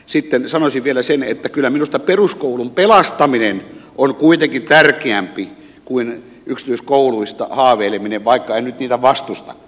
sitten sanoisin vielä sen että kyllä minusta peruskoulun pelastaminen on kuitenkin tärkeämpi kuin yksityiskouluista haaveileminen vaikka en nyt niitä vastustakaan